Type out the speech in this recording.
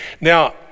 Now